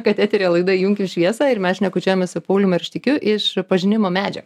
kad eteryje laida įjunkim šviesą ir mes šnekučiuojamės su pauliumi arštikiu iš pažinimo medžio